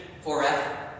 forever